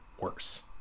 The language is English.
worse